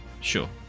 sure